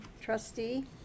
trustee